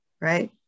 right